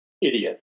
idiot